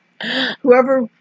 Whoever